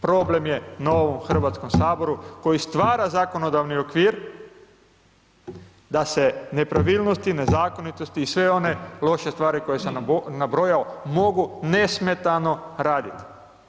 Problem je na ovom Hrvatskom saboru, koji stvara zakonodavni okvir, da se nepravilnosti, nezakonitosti i sve one loše stvari koje sam nabrojao mogu nesmetano raditi.